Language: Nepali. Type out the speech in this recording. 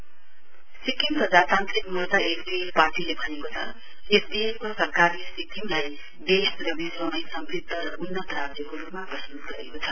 एसडीएफ सिक्किम प्रजातान्त्रिक मोर्चा एसडिएफ पार्टीले भनेको छ एसडिएफ को सरकारले सिक्किमलाई देश र विश्वमैं समृध्द र उन्नत राज्यको रुपमा प्रस्त्त गरेको छ